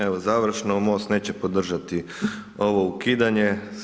Evo završno, MOST neće podržati ovo ukidanje.